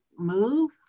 move